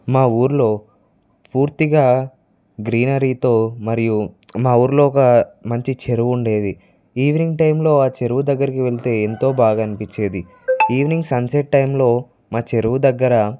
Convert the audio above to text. మా ఊరిలో పూర్తిగా గ్రీనరీతో మరియు మా ఊరిలో ఒక మంచి చెరువు ఉండేది ఈవినింగ్ టైంలో ఆ చెరువు దగ్గరికి వెళ్తే ఎంతో బాగా అనిపించేది ఈవినింగ్ సన్సెట్ టైంలో మా చెరువు దగ్గర